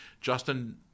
Justin